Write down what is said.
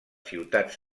ciutats